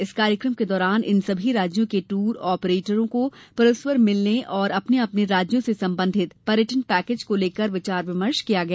इस कार्यक्रम के दौरान इन सभी राज्यों के दूर आपरेटर को परस्पर मिलने और अपने अपने राज्यों से संबंधित पर्यटन पैकेज को लेकर विचार विमर्श किया गया